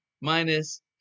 Minus